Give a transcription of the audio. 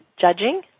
judging